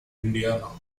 indiana